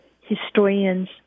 historians